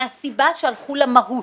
מהסיבה שהלכו למהות.